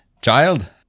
Child